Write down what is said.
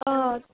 آ